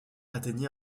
atteignait